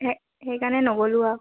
সেই সেইকাৰণে নগ'লোঁ আৰু